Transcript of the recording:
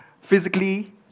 physically